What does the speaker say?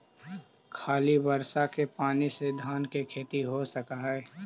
खाली बर्षा के पानी से धान के खेती हो सक हइ?